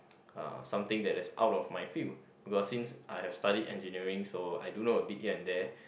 uh something that is out of my field because since I have studied engineering so I don't know a bit here and there